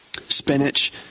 spinach